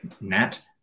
nat